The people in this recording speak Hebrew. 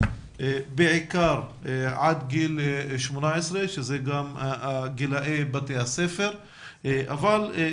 בעיקר עד גיל 18 שאלה גילי בתי הספר אבל אני